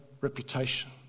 reputation